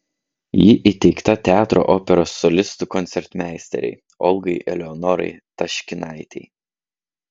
ji įteikta teatro operos solistų koncertmeisterei olgai eleonorai taškinaitei